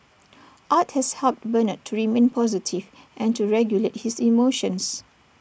art has helped Bernard to remain positive and to regulate his emotions